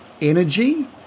energy